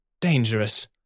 dangerous